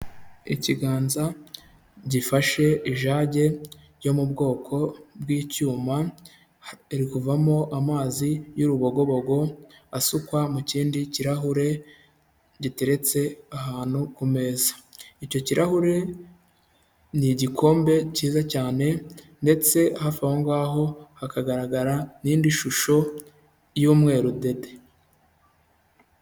Ikiganza gifashe ijage ryo mu bwoko bw'icyuma riri kuvamo amazi y'urubogobogo asukwa mu kindi kirahure giteretse ahantu ku meza. Icyo kirahure ni igikombe cyiza cyane ndetse hafi aho ngaho hakagaragara n'indi shusho y'umweru dede.